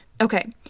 Okay